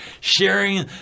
Sharing